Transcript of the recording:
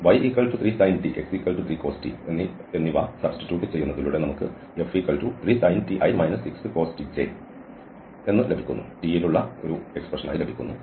അതിനാൽ y3sin t x3cos t എന്നിവ substitute ചെയ്യുന്നതിലൂടെ F3sinti 6cosj എന്നു ലഭിക്കുന്നു